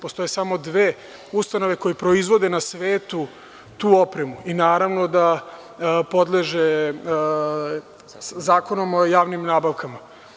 Postoje samo dve ustanove koje proizvode na svetu tu opremu i naravno da podleže Zakonu o javnim nabavkama.